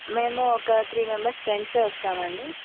మేము ఒక three members ఫ్రెండ్సే వస్తాము అండి